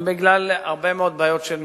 בגלל הרבה מאוד בעיות של מיפוי,